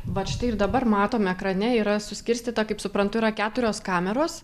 vat štai ir dabar matom ekrane yra suskirstyta kaip suprantu yra keturios kameros